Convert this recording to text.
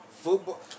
football